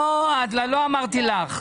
לא, לא אמרתי לך.